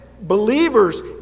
believers